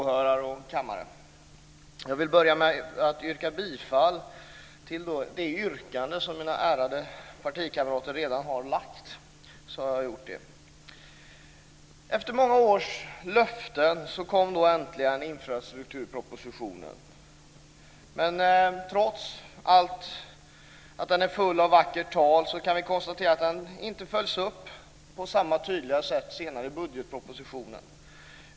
Fru talman! Jag vill börja med att instämma i det bifallsyrkande som mina ärade partikamrater redan har framställt. Efter många års löften kom äntligen infrastrukturpropositionen. Men trots att den är full av vackert tal kan vi konstatera att det inte följs upp på samma tydliga sätt i budgetpropositionen.